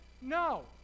no